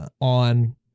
On